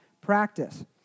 practice